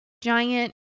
giant